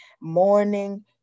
morning